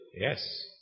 Yes